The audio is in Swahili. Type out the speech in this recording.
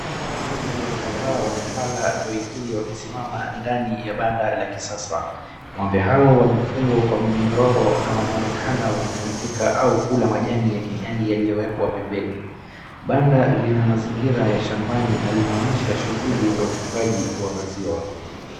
Ng'ombe kadhaa wamelala na wengine wamesimama ndani ya banda la kisasa. Ng'ombe hao wamefungwa kwa minyororo na wanaonekana wakipumzikqa au kula majani ya kijani yaliyowekwa pembeni. Banda lina mazingira ya shambani na linaonyesha shughuli za ufugaji wa maziwa.